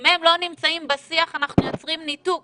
אם הם לא נמצאים בשיח אנחנו יוצרים ניתוק